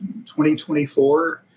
2024